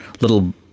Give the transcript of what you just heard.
little